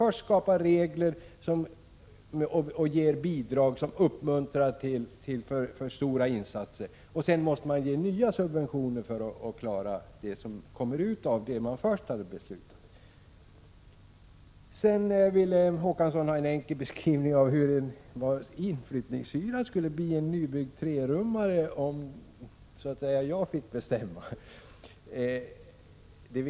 Först skapar man således regler och ger bidrag som uppmuntrar till alltför stora insatser. Sedan måste man bevilja nya subventioner för att klara av det man först hade beslutat om. Per Olof Håkansson ville ha en enkel beskrivning av de förhållanden som skulle råda om jag fick bestämma. Han ville veta vad inflyttningshyran för en nybyggd trerummare skulle bli.